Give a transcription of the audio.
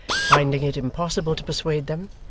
finding it impossible to persuade them,